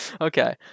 okay